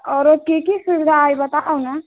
आओरो की की सुविधा हइ बताउ ने